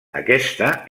aquesta